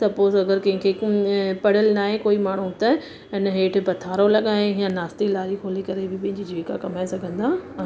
suppose अगरि कंहिंखे पढ़ियलु न आहे कोई माण्हू त अने हेठि पथिरो लॻाए या नास्ते जी लारी खोले करे बि पंहिंजी जीविका कमाए सघंदा आहिनि